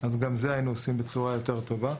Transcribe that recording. גם את זה היינו עושים בצורה יותר טובה.